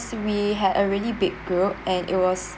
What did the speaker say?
we had a really big group and it was